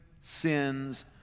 sins